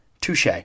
Touche